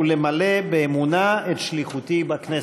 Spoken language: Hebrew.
ולמלא באמונה את שליחותי בכנסת".